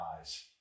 eyes